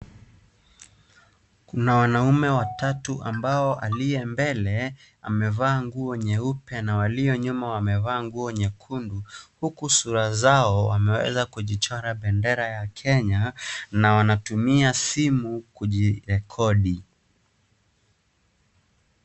Kuna wanaume watatu ambao aliye mbele amevaa nguo nyeupe na walio nyuma wamevaa nguo nyekundu huku sura zao wameweza kujichora bendera ya Kenya na wanatumia simu kujirekodi.